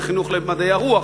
וחינוך למדעי הרוח,